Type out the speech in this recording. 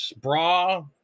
bra